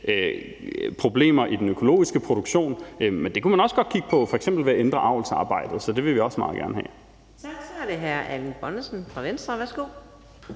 problemer i den økologiske produktion, men det kunne man også godt kigge på f.eks. ved at ændre avlsarbejdet. Så det vil vi også meget gerne have. Kl. 15:07 Fjerde næstformand (Karina